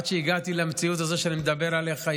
עד שהגעתי למציאות הזאת שאני מדבר אליך,